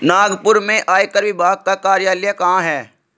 नागपुर में आयकर विभाग का कार्यालय कहाँ है?